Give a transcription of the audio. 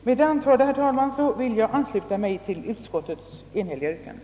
Med det anförda, herr talman, vill jag ansluta mig till utskottets enhälliga yrkande.